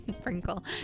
Sprinkle